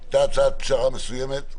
היתה הצעת פשרה מסוימת.